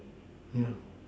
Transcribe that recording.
yeah